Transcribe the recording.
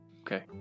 Okay